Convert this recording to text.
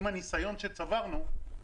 עם הניסיון שצברנו,